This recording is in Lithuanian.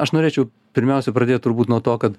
aš norėčiau pirmiausia pradėt turbūt nuo to kad